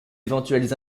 éventuelles